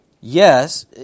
Yes